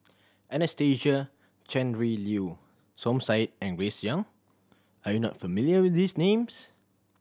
Anastasia Tjendri Liew Som Said and Grace Young are you not familiar with these names